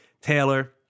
Taylor